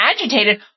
agitated